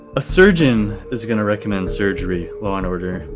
a surgeon is going to recommend surgery, law and order.